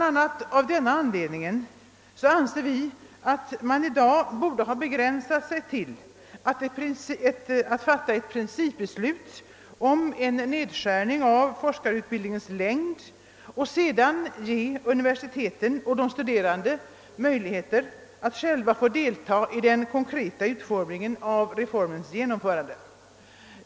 a. av denna anledning anser vi att man i dag borde ha begränsat sig till att fatta ett principbeslut om en nedskärning av forskarutbildningens längd och sedan ge universiteten och de studerande möjligheter att delta i den konkreta utformningen av genomförandet.